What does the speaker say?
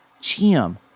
Jam